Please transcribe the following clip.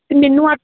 ਮੈਨੂੰ